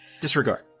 disregard